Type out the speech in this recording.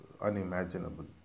unimaginable